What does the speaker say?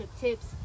tips